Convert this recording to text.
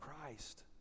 Christ